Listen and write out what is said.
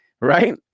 right